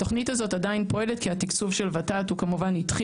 התוכנית הזאת עדיין פועלת כי התקצוב של ות"ת ממשיך.